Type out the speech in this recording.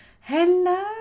Hello